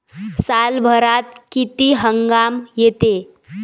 सालभरात किती हंगाम येते?